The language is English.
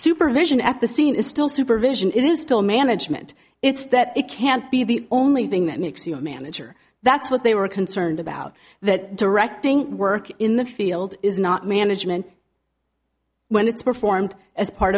supervision at the scene is still supervision it is still management it's that it can't be the only thing that makes you a manager that's what they were concerned about that directing work in the field is not management when it's performed as part